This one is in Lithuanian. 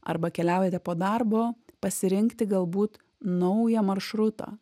arba keliaujate po darbo pasirinkti galbūt naują maršrutą